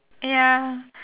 ya